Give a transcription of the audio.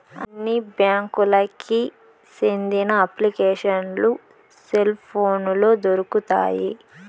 అన్ని బ్యాంకులకి సెందిన అప్లికేషన్లు సెల్ పోనులో దొరుకుతాయి